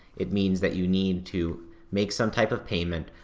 it means that you need to make some type of payment,